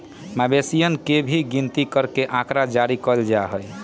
मवेशियन के भी गिनती करके आँकड़ा जारी कइल जा हई